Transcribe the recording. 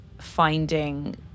finding